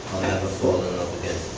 ah fall in love again.